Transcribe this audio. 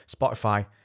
Spotify